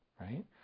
Right